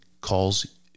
calls